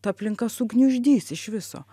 ta aplinka sugniuždys iš viso